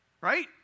right